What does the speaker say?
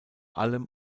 allem